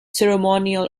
ceremonial